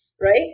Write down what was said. right